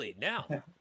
now